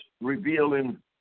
revealing